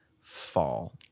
fall